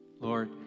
Lord